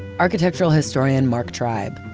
architectural historian mark tribe.